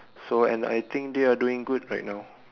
so and I I think they are doing good right now